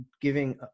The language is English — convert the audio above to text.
giving